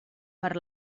per